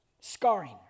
Scarring